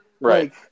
Right